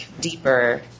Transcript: deeper